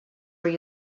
were